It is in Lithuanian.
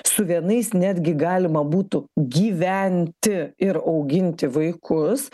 su vienais netgi galima būtų gyventi ir auginti vaikus